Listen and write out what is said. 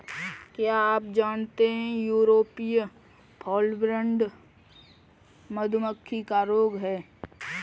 क्या आप जानते है यूरोपियन फॉलब्रूड मधुमक्खी का रोग है?